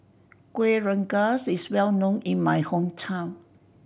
Kueh Rengas is well known in my hometown